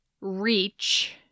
reach